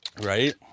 Right